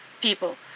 people